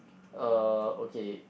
uh okay